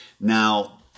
now